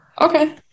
Okay